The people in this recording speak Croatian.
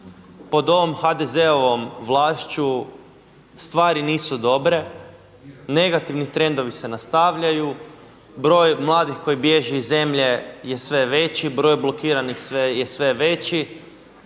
Pod ovom HDZ-ovom vlašću stvari nisu dobre, negativni trendovi se nastavljaju, broj mladih koji bježi iz zemlje je sve veći, broj blokiranih je sve veći.